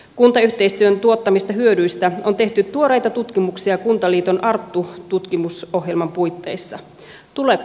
kuntayhteistyön tuottamista hyödyistä on tehty tuoreita tutkimuksia kuntaliiton arttu tutkimusohjelman puitteissa